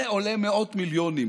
זה עולה מאות מיליונים.